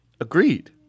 Agreed